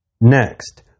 Next